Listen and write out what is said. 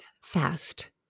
fast